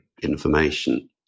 information